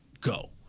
go